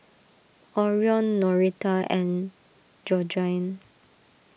Orion Norita and Georgine